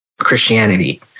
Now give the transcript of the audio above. Christianity